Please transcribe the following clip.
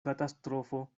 katastrofo